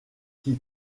qui